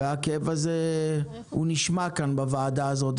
והכאב הזה נשמע כאן בוועדה הזאת,